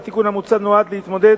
והתיקון המוצע נועד להתמודד